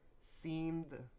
seemed